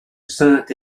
saint